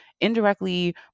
indirectly